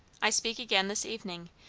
i speak again this evening,